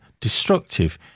destructive